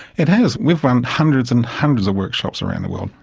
it has, we've run hundreds and hundreds of workshops around the world.